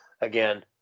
again